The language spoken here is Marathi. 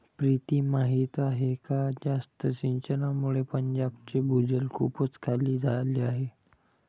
प्रीती माहीत आहे का जास्त सिंचनामुळे पंजाबचे भूजल खूपच खाली आले आहे